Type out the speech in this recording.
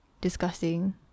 disgusting